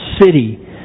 city